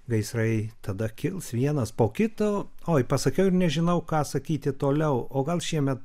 gaisrai tada kils vienas po kito oi pasakiau ir nežinau ką sakyti toliau o gal šiemet